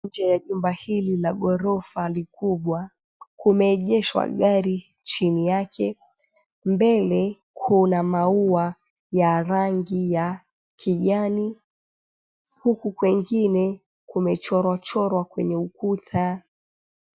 Nje ya jumba hili la ghorofa kubwa kumeegeshwa gari chini yake. Mbele kuna maua ya rangi ya kijani, huku kwengine kumechorwa chorwa kwenye ukuta.